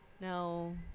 no